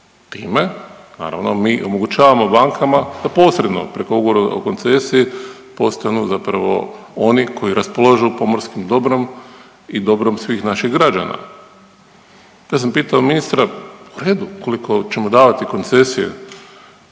Time naravno, mi omogućavamo bankama da posredno preko ugovora o koncesiji postanu zapravo oni koji raspolažu pomorskim dobrom i dobrom svih naših građana. Kad sam pitao ministra, u redu, ukoliko ćemo davati koncesije